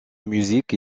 musique